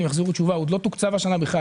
והם יחזירו תשובה: עוד לא תוקצב השנה בכלל,